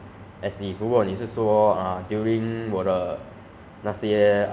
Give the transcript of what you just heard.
有空时候我就去 uh facebook lah instagram mah 就是